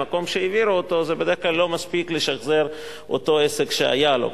במקום שהעבירו אותו אליו זה בדרך כלל לא מספיק לשחזר אותו עסק שהיה לו.